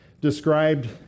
described